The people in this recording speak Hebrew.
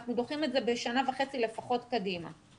אנחנו דוחים את זה בשנה וחצי לפחות קדימה.